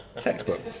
Textbook